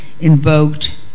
invoked